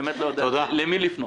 אני לא יודע למי לפנות.